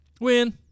Win